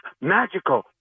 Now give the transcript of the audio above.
magical